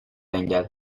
engel